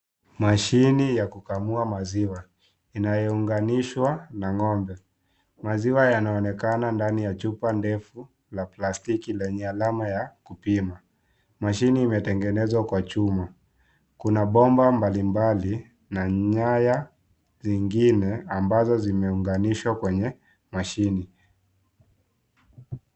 Mashine ya kukamua maziwa inayounganishwa na ngombe. Maziwa yanaonekana ndani ya chupa ndefu ya plastiki yenye alama ya kupima. Mashine imetengenezwa kwa chuma. Kuna bomba mbali mbali na nyaya zingine ambayo imeunganishwa kwenye mashine.